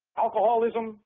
alcoholism,